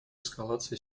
эскалации